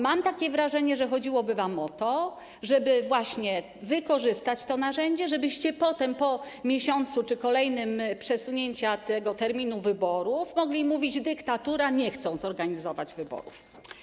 Mam wrażenie, że chodziłoby wam o to, żeby wykorzystać to narzędzie, żebyście potem, po miesiącu czy po kolejnym przesunięciu terminu wyborów, mogli mówić: dyktatura, nie chcą zorganizować wyborów.